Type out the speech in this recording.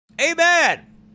Amen